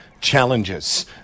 challenges